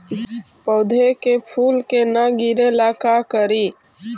पौधा के फुल के न गिरे ला का करि?